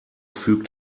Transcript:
fügt